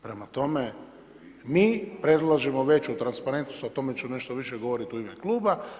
Prema tome, mi predlažemo veću transparentnost o tome ću nešto više govoriti u ime kluba.